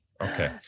Okay